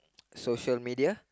social media